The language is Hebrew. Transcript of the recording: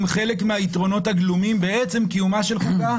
חלק מהיתרונות הגלומים בעצם קיומה של חוקה,